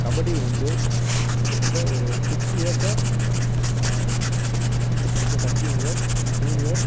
கபடி வந்து கிட்டத்திட்ட ஒரு சிக்ஸ் இயர்ஸ்சாக நயன்த் டென்த் சப்ஜூனியர் ஜூனியர்